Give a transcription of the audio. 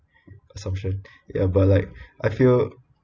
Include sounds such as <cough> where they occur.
assumption <breath> ya but like <breath> I feel